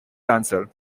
dancer